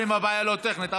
אם הבעיה לא טכנית,